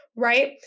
right